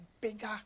bigger